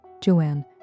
Joanne